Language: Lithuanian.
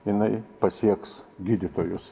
jinai pasieks gydytojus